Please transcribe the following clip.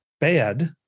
bad